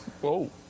whoa